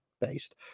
based